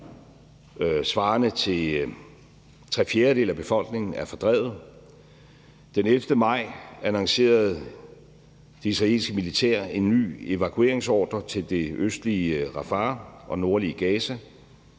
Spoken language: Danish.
svarende til tre fjerdedele af befolkningen, er fordrevet. Den 11. maj annoncerede det israelske militær en ny evakueringsordre til det østlige Rafah og nordlige Gaza.